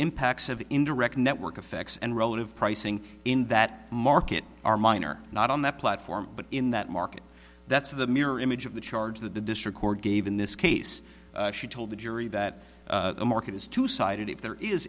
impacts of indirect network effects and relative pricing in that market are mine are not on that platform but in that market that's the mirror image of the charge that the district court gave in this case she told the jury that the market is two sided if there is